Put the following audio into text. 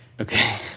Okay